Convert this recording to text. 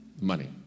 money